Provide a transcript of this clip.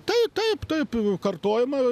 tai taip taip kartojama